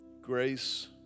Grace